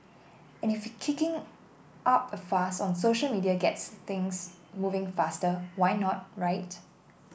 and if kicking up a fuss on social media gets things moving faster why not right